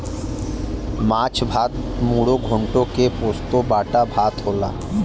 माछ भात मुडो घोन्टो के पोस्तो बाटा भात होला